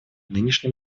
нынешнем